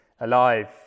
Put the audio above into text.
alive